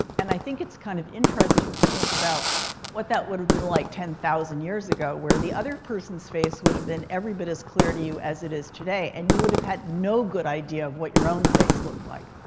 and i think it's kind of interesting to think about what that would have been like ten thousand years ago, where the other person's face would have been every bit as clear to you as it is today. and you would have had no good idea of what your own face looked like.